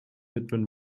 widmen